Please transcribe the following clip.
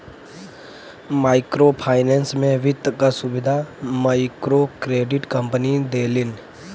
micro finance में वित्त क सुविधा मइक्रोक्रेडिट कम्पनी देलिन